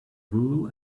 wool